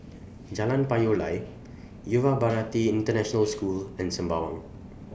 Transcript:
Jalan Payoh Lai Yuva Bharati International School and Sembawang